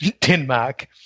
Denmark